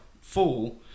full